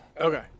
Okay